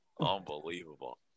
Unbelievable